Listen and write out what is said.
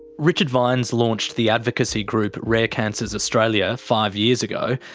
richard vines launched the advocacy group rare cancers australia five years ago,